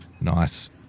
Nice